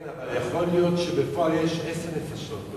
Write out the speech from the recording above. כן, אבל יכול להיות שבפועל יש עשר נפשות.